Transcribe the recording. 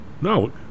no